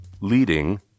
leading